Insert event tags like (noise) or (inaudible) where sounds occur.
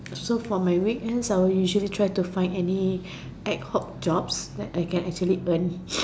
so for my weekend I'll usually try to find any ad hoc jobs that I can actually earn (noise)